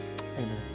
amen